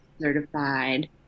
certified